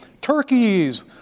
turkeys